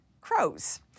crows